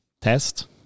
test